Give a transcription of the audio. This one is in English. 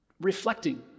Reflecting